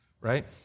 right